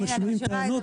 אם משמיעים טענות,